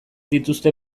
dituzte